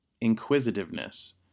inquisitiveness